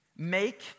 Make